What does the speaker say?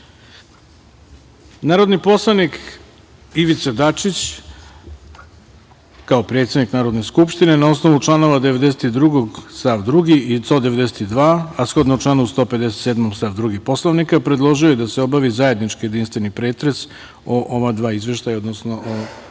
Vlada. Narodni poslanik Ivica Dačić, kao predsednik Narodne skupštine, na osnovu članova 92. stav 2. i 192, a shodno članu 157. stav 2. Poslovnika, predložio je da se obavi zajednički jedinstveni pretres o ova dva izveštaja, odnosno o